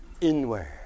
inward